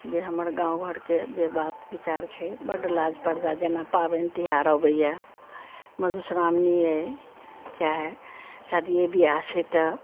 जे हमर गाम घरके जे बात बिचार छै बड लाज पर्दा जेना पाबनि तिहार आबैए मधुश्रामानिए चाहे शादिये बियाह छै तऽ